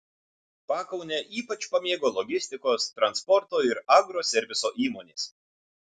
pakaunę ypač pamėgo logistikos transporto ir agroserviso įmonės